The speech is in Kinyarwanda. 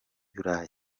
burayi